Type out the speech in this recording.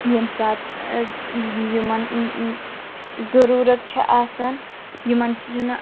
ییٚمہِ ساتہٕ یِمَن ضوٚروٗرَت چھِ آسان یِمَن چھُ نہٕ